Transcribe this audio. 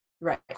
right